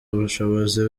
ubushobozi